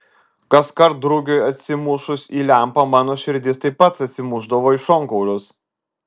kaskart drugiui atsimušus į lempą mano širdis taip pat atsimušdavo į šonkaulius